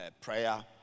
prayer